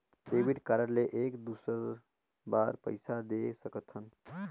Debit card ले एक दुसर बार पइसा दे सकथन?